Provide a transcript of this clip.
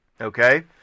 Okay